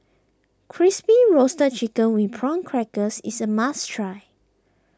Crispy Roasted Chicken with Prawn Crackers is a must try